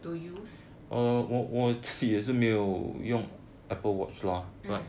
to use mm